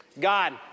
God